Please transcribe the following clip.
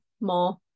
more